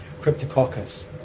cryptococcus